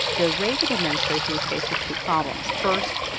the reagan administration was faced with two problems. first,